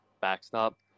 backstop